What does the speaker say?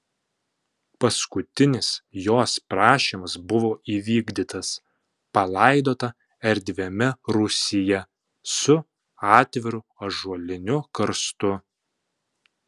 paskutinis jos prašymas buvo įvykdytas palaidota erdviame rūsyje su atviru ąžuoliniu karstu